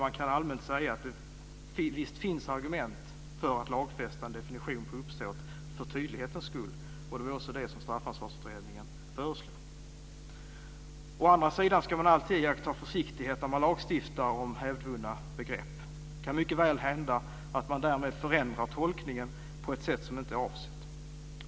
Man kan allmänt säga att det visst finns argument för att lagfästa en definition av uppsåt för tydlighetens skull. Det var också det som Straffansvarsutredningen föreslog. Å andra sidan ska man alltid iaktta försiktighet när man lagstiftar om hävdvunna begrepp. Det kan mycket väl hända att man därmed förändrar tolkningen på ett sätt som inte är avsett.